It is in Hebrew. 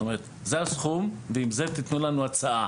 זאת אומרת זה הסכום ועם זה תתנו לנו הצעה,